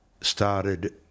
started